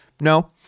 no